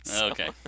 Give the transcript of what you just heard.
Okay